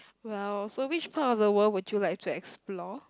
well so which part of the world would you like to explore